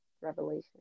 revelation